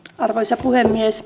arvoisa puhemies